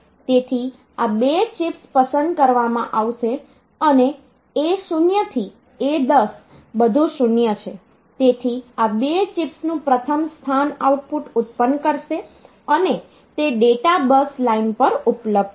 તેથી આ બે ચિપ્સ પસંદ કરવામાં આવશે અને A 0 થી A 10 બધું 0 છે તેથી આ બે ચિપ્સનું પ્રથમ સ્થાન આઉટપુટ ઉત્પન્ન કરશે અને તે ડેટા બસ લાઇન પર ઉપલબ્ધ થશે